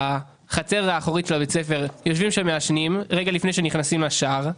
בחצר האחורית של בית הספר ומעשנים רגע לפני שנכנסים לשער.